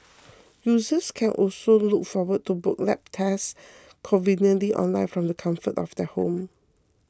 users can also look forward to booking lab tests conveniently online from the comfort of their home